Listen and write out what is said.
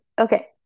Okay